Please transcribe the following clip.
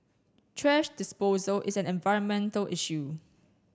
thrash disposal is an environmental issue